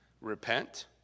Repent